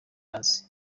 azi